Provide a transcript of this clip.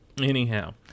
anyhow